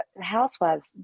housewives